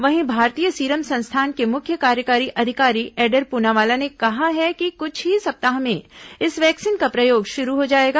वहीं भारतीय सीरम संस्थान के मुख्य कार्यकारी अधिकारी एडर पूनावाला ने कहा है कि कुछ ही सप्ताह में इस वैक्सीन का प्रयोग शुरू हो जाएगा